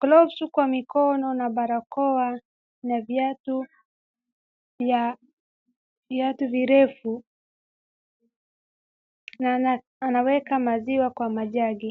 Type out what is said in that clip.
glovus kwa mikono na barakoa na viatu virefu na anaweka maziwa kwa majagi.